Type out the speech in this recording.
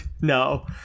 No